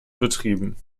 betrieben